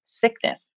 sickness